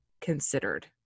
considered